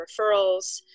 referrals